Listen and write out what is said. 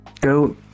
Go